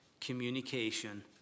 communication